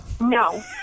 No